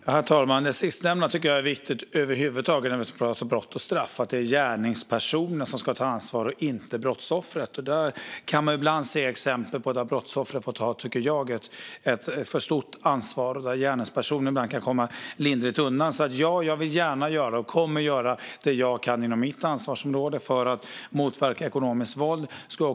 Herr talman! Det sistnämnda tycker jag är viktigt över huvud taget när vi pratar om brott och straff - att det är gärningspersonen som ska ta ansvar och inte brottsoffret. Ibland kan man, tycker jag, se exempel där brottsoffret får ta ett för stort ansvar och där gärningspersonen ibland kan komma lindrigt undan. Jag vill och kommer alltså gärna att göra det jag kan inom mitt ansvarsområde för att motverka ekonomiskt våld.